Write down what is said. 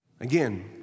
Again